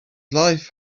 life